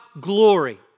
glory